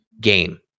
game